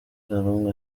karungu